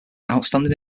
outstanding